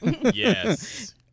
Yes